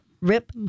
Rip